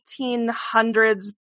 1800s